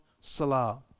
Salah